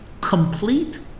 complete